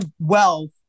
wealth